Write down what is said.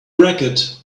racket